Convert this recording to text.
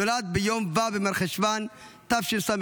הוא נולד ביום ו' במרחשוון תשס"ג